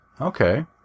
okay